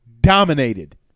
dominated